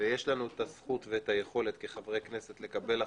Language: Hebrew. ויש לנו הזכות והיכולת כחברי כנסת לקבל החלטות.